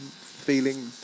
feeling